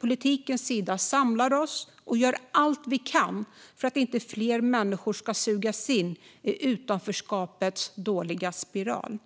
politikens sida samlar oss och gör allt vi kan för att inte fler människor ska sugas in i utanförskapets dåliga spiral.